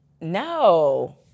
No